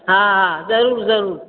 हा हा ज़रूर ज़रूर